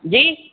जी